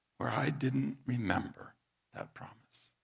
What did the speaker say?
where i didn't remember that promise.